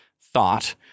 thought